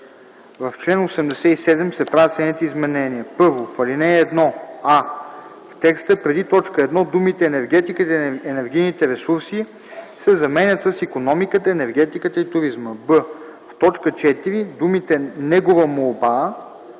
В чл. 16 се правят следните изменения: